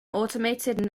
automated